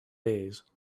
days